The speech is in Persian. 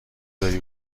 داری